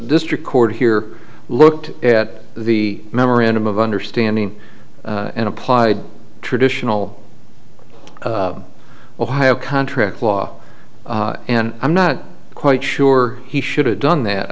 district court here looked at the memorandum of understanding and applied traditional ohio contract law and i'm not quite sure he should have done that